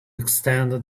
extend